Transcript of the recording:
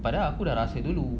but aku dah rasa dulu